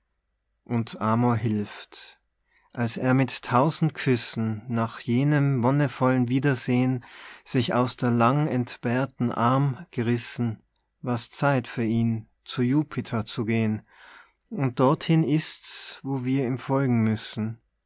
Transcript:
und amor hilft als er mit tausend küssen nach jenem wonnevollen wiederseh'n sich aus der langentbehrten arm gerissen war's zeit für ihn zu jupiter zu geh'n und dorthin ist's wo wir ihm folgen müssen